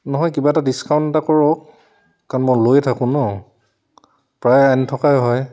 নহয় কিবা এটা ডিক্সাউণ্ট এটা কৰক কাৰণ মই লৈ থাকোঁ ন প্ৰায় আনি থকাই হয়